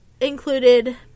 included